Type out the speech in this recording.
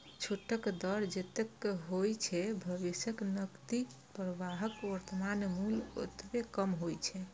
छूटक दर जतेक होइ छै, भविष्यक नकदी प्रवाहक वर्तमान मूल्य ओतबे कम होइ छै